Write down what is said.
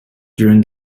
during